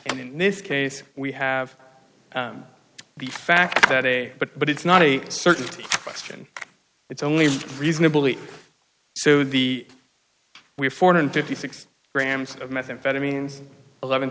and in this case we have the fact that a but it's not a certainty question it's only reasonable so the we have four hundred fifty six grams of methamphetamines eleven